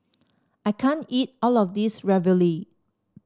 I can't eat all of this Ravioli